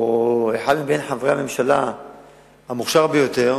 או אחד מחברי הממשלה המוכשרים ביותר,